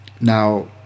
Now